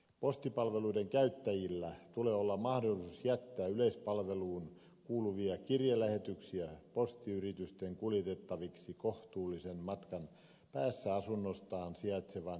postipalveluiden käyttäjillä tulee olla mahdollisuus jättää yleispalveluun kuuluvia kirjelähetyksiä postiyritysten kuljetettavaksi kohtuullisen matkan päässä asunnostaan sijaitsevaan keräilypisteeseen